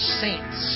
saints